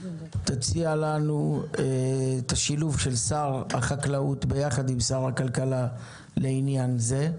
תציע לנו את השילוב של שר החקלאות ביחד עם שר הכלכלה לעניין זה,